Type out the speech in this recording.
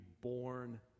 born